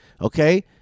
Okay